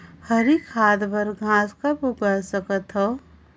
हरी खाद बर घास कब उगाय सकत हो?